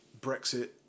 Brexit